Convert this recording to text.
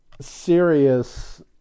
serious